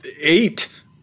eight